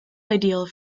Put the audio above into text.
ideal